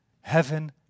Heaven